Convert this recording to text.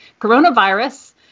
Coronavirus